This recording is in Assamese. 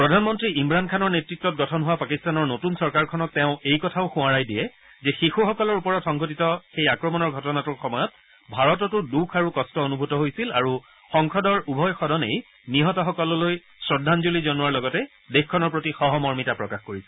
প্ৰধানমন্ত্ৰী ইমৰাণ খানৰ নেত়ত্বত গঠন হোৱা পাকিস্তানৰ নতুন চৰকাৰখনক তেওঁ এই কথাও সোঁৱৰাই দিয়ে যে শিশুসকলৰ ওপৰত সংঘটিত সেই আক্ৰমণৰ ঘটনাটোৰ সময়ত ভাৰততো দুখ আৰু কট অনুভূত হৈছিল আৰু সংসদৰ উভয় সদনেই নিহতসকললৈ শ্ৰদ্ধাঞ্জলি জনোৱাৰ লগতে দেশখনৰ প্ৰতি সহমৰ্মিতা প্ৰকাশ কৰিছিল